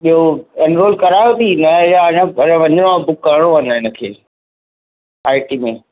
ॿियो एनरोल करायो थी न या अञा वञिणो आहे बुक करिणो आहे अञा हिनखे आइ टी में